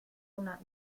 una